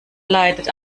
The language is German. leidet